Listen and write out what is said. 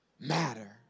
Matter